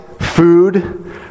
food